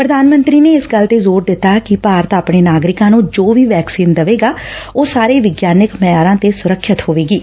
ਪ੍ਰਧਾਨ ਮੰਤਰੀ ਨੇ ਇਸ ਗੱਲ ਤੇ ਜ਼ੋਰ ਦਿੱਤਾ ਕਿ ਭਾਰਤ ਆਪਣੇ ਨਾਗਰਿਕਾਂ ਨੂੰ ਜੋ ਵੀ ਵੈਕਸਿਨ ਦੇਵੇਗਾ ਉਹ ਸਾਰੇ ਵਿਗਿਆਨਕ ਮਿਆਰਾ ਤੇ ਸੁਰੱਖਿਅਤ ਹੋਵੇਗੀ